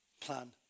plan